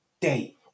day